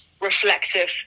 reflective